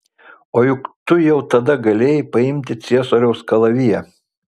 o juk tu jau tada galėjai paimti ciesoriaus kalaviją